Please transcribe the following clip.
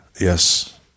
yes